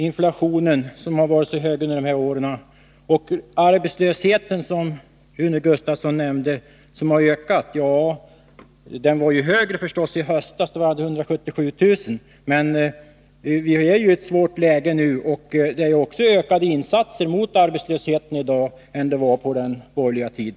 Inflationen har varit hög under de här åren, och arbetslösheten, som Rune Gustavsson nämnde om, var större i höstas än f. n. Då var antalet arbetslösa 177 000. Vi är emellertid nu i ett svårt läge, men vi gör också större insatser 95 mot arbetslösheten nu än vad man gjorde på den borgerliga tiden.